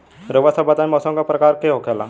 रउआ सभ बताई मौसम क प्रकार के होखेला?